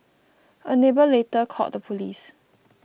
a neighbour later called the police